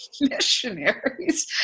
missionaries